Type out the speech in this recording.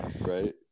Right